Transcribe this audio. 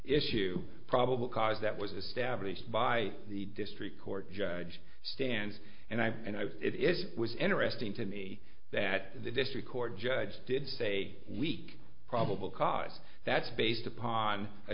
issue probable cause that was established by the district court judge stands and i and i it was interesting to me that the district court judge did say a week probable cause that's based upon a